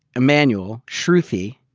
emmanuel, sruthi,